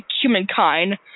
humankind